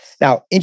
Now